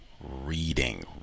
reading